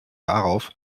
darauf